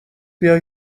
بیای